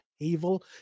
evil